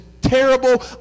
terrible